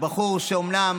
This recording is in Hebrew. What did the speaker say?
בחור שאומנם